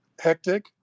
hectic